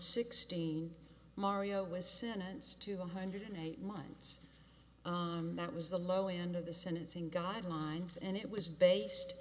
sixteen mario was sentenced to one hundred eight months that was the low end of the sentencing guidelines and it was based